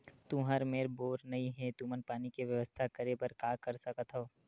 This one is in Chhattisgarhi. तुहर मेर बोर नइ हे तुमन पानी के बेवस्था करेबर का कर सकथव?